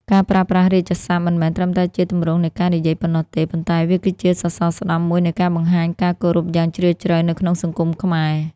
ការប្រើប្រាស់រាជសព្ទមិនមែនត្រឹមតែជាទម្រង់នៃការនិយាយប៉ុណ្ណោះទេ ប៉ុន្តែវាគឺជាសសរស្តម្ភមួយនៃការបង្ហាញការគោរពយ៉ាងជ្រាលជ្រៅនៅក្នុងសង្គមខ្មែរ។